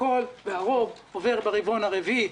והרוב עובר ברבעון הרביעי.